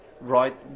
right